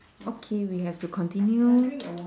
okay we have to continue